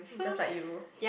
just like you